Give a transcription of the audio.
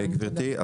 תודה רבה גברתי.